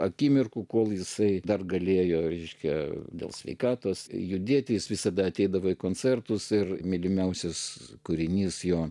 akimirkų kol jisai dar galėjo ryškią dėl sveikatos judėti jis visada ateidavo į koncertus ir mylimiausias kūrinys jo